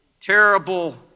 terrible